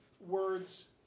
words